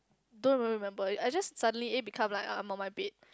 don't even remember I just suddenly eh become like I'm on my bed